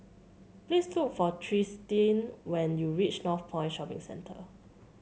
please look for Tristin when you reach Northpoint Shopping Centre